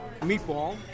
meatball